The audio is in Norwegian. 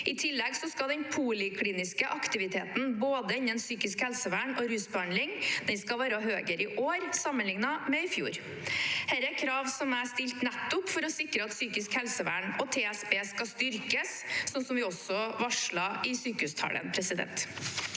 I tillegg skal den polikliniske aktiviteten både innen psykisk helsevern og innen rusbehandling være høyere i år sammenlignet med i fjor. Disse kravene har jeg stilt nettopp for å sikre at psykisk helsevern og TSB skal styrkes, slik vi også varslet i sykehustalen. Bård